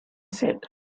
said